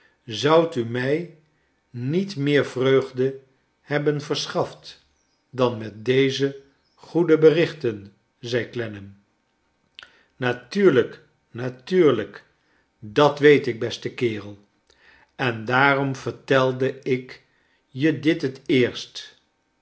zoudt u mij niet meer vreugde hebben verschaft dan met deze goede berichten zei clennam natuurlijk natuurlijk dat weet ik beste kerel en j daarom vertelde ik je dit het eerst